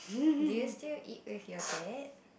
do you still eat with your dad